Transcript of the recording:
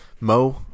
Mo